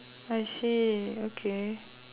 I see okay